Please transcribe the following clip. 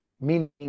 meaning